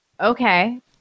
okay